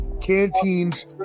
Canteen's